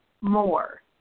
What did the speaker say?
more